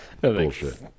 Bullshit